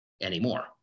anymore